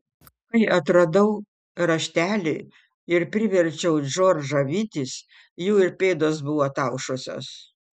kai atradau raštelį ir priverčiau džordžą vytis jų ir pėdos buvo ataušusios